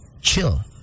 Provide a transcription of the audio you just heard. chill